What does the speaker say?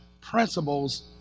principles